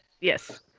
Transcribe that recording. Yes